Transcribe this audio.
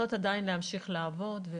עדיין צעירות ורוצות להמשיך לעבוד.